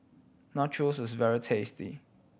nachos is very tasty